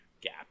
gap